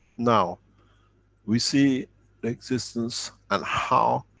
now we see the existence and how